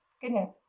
Goodness